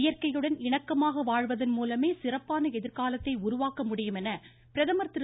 இயற்கையுடன் இணக்கமாக வாழ்வதன் மூலமே சிறப்பான எதிர்காலத்தை உருவாக்க முடியும் என பிரதமர் திரு